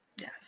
Yes